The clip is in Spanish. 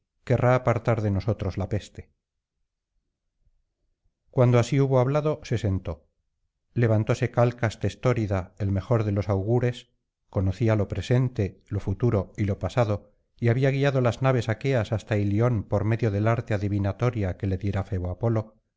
querrá apartar de nosotros la peste cuando así hubo hablado se sentó levantóse calcas testórida canto primero ii el mejor de los augures conocía lo presente lo futuro y lo pasado y había guiado las naves aqueas hasta ilion por medio del arte adivinatoria que le diera febo apolo